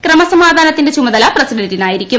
ക്രമസമാധാന്ത്തിന്റെ ചുമതല പ്രസിഡന്റിനായിരിക്കും